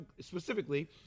Specifically